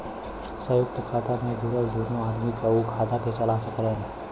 संयुक्त खाता मे जुड़ल दुन्नो आदमी उ खाता के चला सकलन